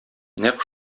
нәкъ